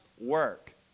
work